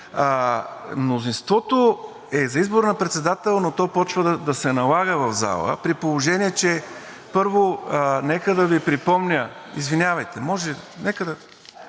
Мнозинството е за избор на председател, но то започва да се налага в залата, при положение че, първо, нека да Ви припомня... Извинявайте, може ли, нека да...